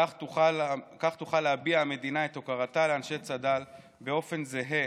כך תוכל להביע המדינה את הוקרתה לאנשי צד"ל באופן זהה